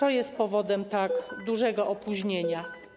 Co jest powodem tak dużego opóźnienia?